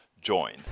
join